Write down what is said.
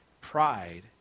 Pride